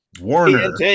Warner